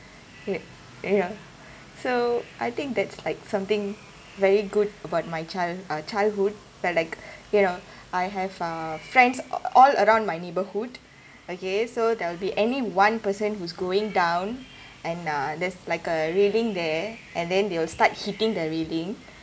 yeah you know so I think that's like something very good about my child uh childhood but like you know I have uh friends uh all around my neighborhood okay so there will be any one person who's going down and uh there's like a railing there and then they will start hitting the railing